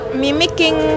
mimicking